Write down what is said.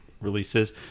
releases